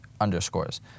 underscores